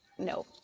No